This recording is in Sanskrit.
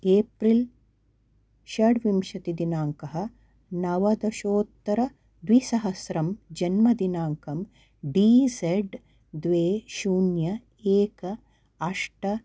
एप्रिल् षड्विंशति दिनाङ्कः नवदशोत्तरद्विसहस्रं जन्मदिनाङ्कं डि झ्ट् द्वे शून्यं एकं अष्ट